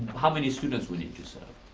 how many students we need to serve.